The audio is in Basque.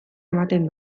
ematen